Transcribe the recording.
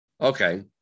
Okay